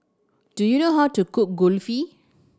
do you know how to cook Kulfi